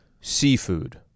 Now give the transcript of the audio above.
seafood